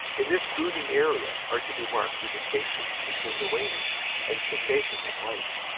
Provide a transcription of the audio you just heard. in this brooding area are to be marked the distinctions between the waning and cessation of life.